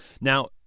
now